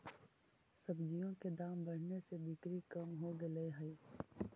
सब्जियों के दाम बढ़ने से बिक्री कम हो गईले हई